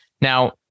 Now